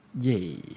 Yay